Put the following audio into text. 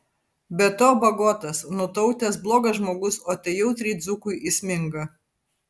be to bagotas nutautęs blogas žmogus o tai jautriai dzūkui įsminga